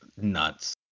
nuts